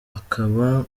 akaba